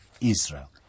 Israel